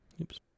Oops